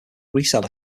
reseller